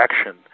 action